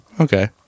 okay